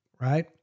right